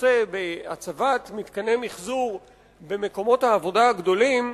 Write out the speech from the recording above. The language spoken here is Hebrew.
בהצבת מתקני מיחזור במקומות העבודה הגדולים,